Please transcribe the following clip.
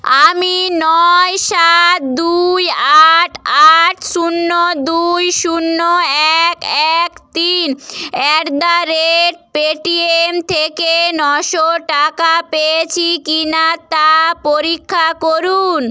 আমি নয় সাত দুই আট আট শূন্য দুই শূন্য এক এক তিন অ্যাট দ্য রেট পেটিএম থেকে নশো টাকা পেয়েছি কি না তা পরীক্ষা করুন